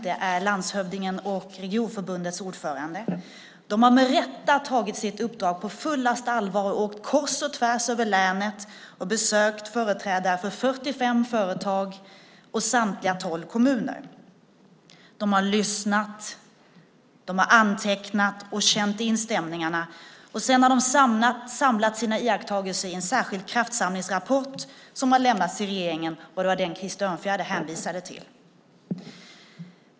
Det är landshövdingen och regionförbundets ordförande. De har med rätta tagit sina uppdrag på fullaste allvar och åkt kors och tvärs över länet och besökt företrädare för 45 företag och samtliga tolv kommuner. De har lyssnat, antecknat och känt in stämningarna. Sedan har de samlat sina iakttagelser i en särskild kraftsamlingsrapport som har lämnats till regeringen. Det var den som Krister Örnfjäder hänvisade till.